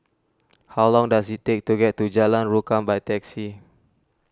how long does it take to get to Jalan Rukam by taxi